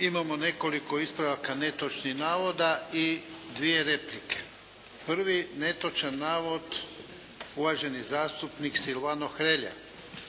Imamo nekoliko ispravaka netočnih navoda i dvije replike. Prvi netočan navod uvaženi zastupnik Silvano Hrelja.